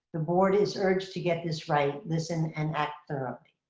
the board is urged to get this right, listen and act thoroughly.